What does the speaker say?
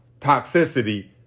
toxicity